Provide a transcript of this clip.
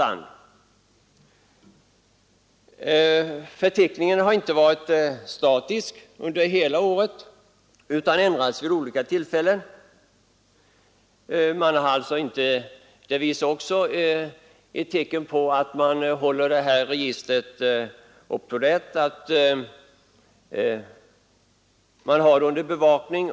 Den förteckningen har inte varit statisk under hela året, utan den har ändrats vid flera tillfällen. Det är alltså ett tecken på att registret hålls up to date. Man har det under bevakning.